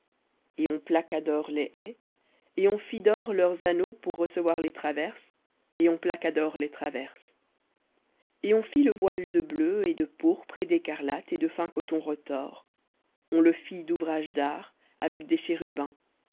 et on plaqua d'or les ais et on fit d'or leurs anneaux pour recevoir les traverses et on plaqua d'or les traverses et on fit le voile de bleu et de pourpre et d'écarlate et de fin coton retors on le fit d'ouvrage d'art avec des chérubins